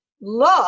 Look